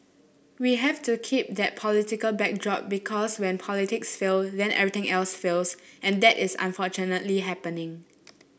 we have to keep that political backdrop because when politics fail then everything else fails and that is unfortunately happening